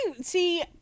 see